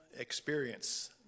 experience